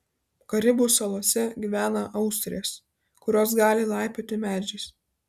karibų salose gyvena austrės kurios gali laipioti medžiais